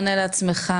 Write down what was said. עונה לעצמך,